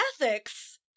Ethics